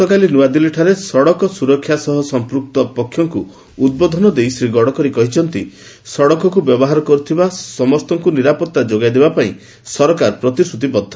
ଗତକାଲି ନ୍ତ ଆଦିଲ୍ଲୀଠାରେ ସଡ଼କ ସୁରକ୍ଷା ସହ ସଂପୃକ୍ତ ପକ୍ଷଙ୍କୁ ଉଦ୍ବୋଧନ ଦେଇ ଶ୍ରୀ ଗଡ଼କରୀ କହିଛନ୍ତି ସଡ଼କକୁ ବ୍ୟବହାର କରୁଥିବା ସମସ୍ତଙ୍କୁ ନିରାପତ୍ତା ଯୋଗାଇଦେବା ପାଇଁ ସରକାର ପ୍ରତିଶ୍ରତିବଦ୍ଧ